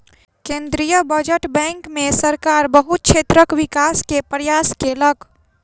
केंद्रीय बजट में सरकार बहुत क्षेत्रक विकास के प्रयास केलक